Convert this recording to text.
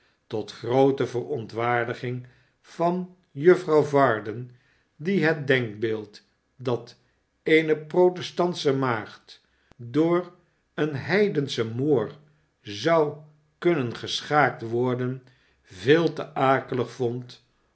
tot groote verontwaardigmg van juffrouw varden die het denkbeeld dat eene protestantsche maagd door een he denschen moor zou kunnen geschaakt wofden veel te akelig vond